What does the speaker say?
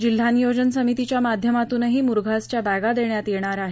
जिल्हा नियोजन समितीच्या माध्यमातूनही मुरघासच्या बणिदेण्यात येणार आहेत